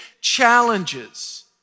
challenges